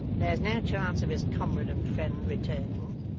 there's no chance of his comrade and friend returning.